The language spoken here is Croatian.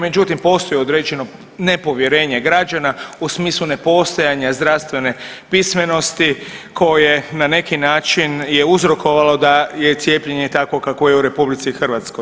Međutim, postoji određeno nepovjerenje građana u smislu nepostojanja zdravstvene pismenosti koje na neki način je uzrokovalo da je cijepljenje takvo kakvo je u RH.